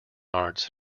arts